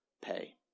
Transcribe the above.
pay